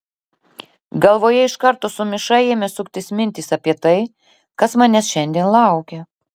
galvoje iš karto sumišai ėmė suktis mintys apie tai kas manęs šiandien laukia